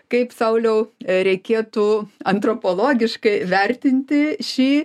kaip sauliau reikėtų antropologiškai vertinti šį